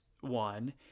one